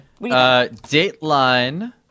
Dateline